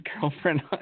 girlfriend